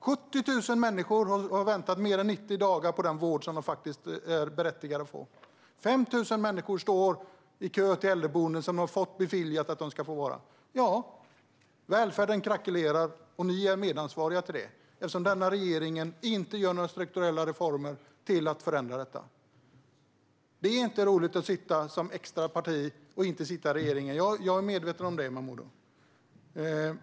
70 000 människor har väntat mer än 90 dagar på den vård som de faktiskt är berättigade till. 5 000 människor står i kö till ett äldreboende som de har fått beviljat. Ja, välfärden krackelerar. Och ni är medansvariga till det, eftersom denna regering inte gör några strukturella reformer för att förändra detta. Det är inte roligt att som ni vara ett parti som stöder regeringen utan att sitta i den. Jag är medveten om det, Momodou.